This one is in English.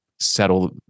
settle